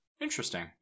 Interesting